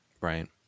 Right